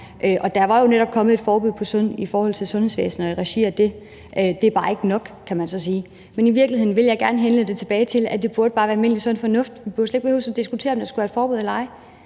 der var jo netop kommet et forbud i forhold til sundhedsvæsenet og i regi af det. Det er bare ikke nok, kan man så sige. Men i virkeligheden vil jeg gerne lede det tilbage til, at det bare burde være almindelig sund fornuft. Vi burde slet ikke behøve at diskutere, om der skulle være et forbud eller ej.